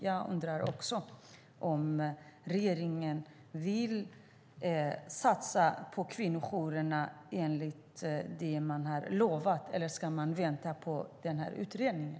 Jag undrar om regeringen vill satsa på kvinnojourerna, enligt det man har lovat. Eller ska man vänta på den här utredningen?